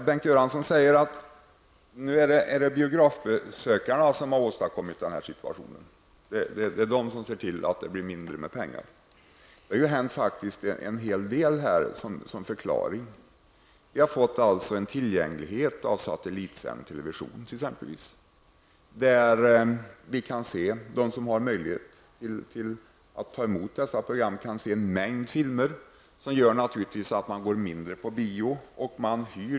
Bengt Göransson sade att det är biografbesökarna som har bidragit till denna situation. De har sett till att det blir mindre med pengar. Man skall inte förglömma att det faktiskt har hänt en hel del som kan förklara det hela. Det har t.ex. blivit en större tillgänglighet till satellitsänd television. De som har möjlighet att ta emot dessa program kan se en mängd filmer, vilket naturligtvis gör att de går mindre på bio.